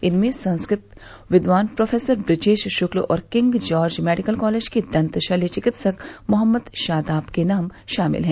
इसमें संस्कृत विद्वान प्रोफेसर बृजेश शुक्ल और किंग जार्ज मेडिकल कालेज के दन्त शल्य चिकित्सक मोहम्मद शादाब के नाम शामिल हैं